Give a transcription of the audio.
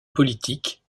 politique